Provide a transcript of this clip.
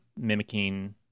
mimicking